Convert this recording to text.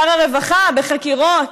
שר הרווחה, בחקירות,